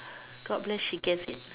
god bless she gets it